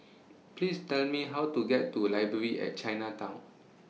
Please Tell Me How to get to Library At Chinatown